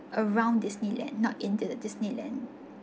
around disneyland not in the disneyland